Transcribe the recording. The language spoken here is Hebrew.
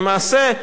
למעשה,